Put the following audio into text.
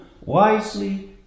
wisely